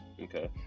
Okay